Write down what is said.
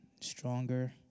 stronger